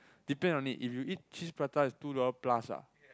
depend on it if you eat cheese prata it's two dollar plus ah